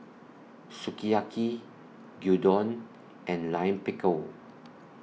Sukiyaki Gyudon and Lime Pickle